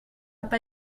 pas